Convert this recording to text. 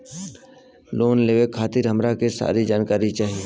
Loan लेवे खातीर हमरा के सारी जानकारी चाही?